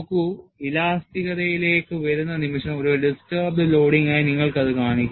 നോക്കൂ ഇലാസ്തികതയിലേക്ക് വരുന്ന നിമിഷം ഒരു distributed ലോഡിംഗ് ആയി നിങ്ങൾ അത് കാണിക്കുന്നു